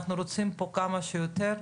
אנחנו רוצים פה כמה שיותר,